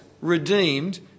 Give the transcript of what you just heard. Redeemed